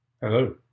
Hello